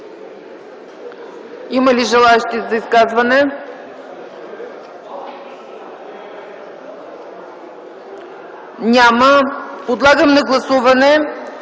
Има ли желаещи за изказвания? Няма. Подлагам на гласуване